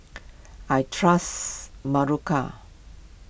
I trust Berocca